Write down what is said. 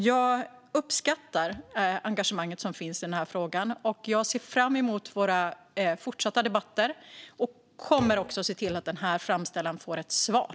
Jag uppskattar engagemanget som finns i den här frågan och ser fram emot våra fortsatta debatter, och jag kommer också att se till att den här framställan får ett svar.